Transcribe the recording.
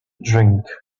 drink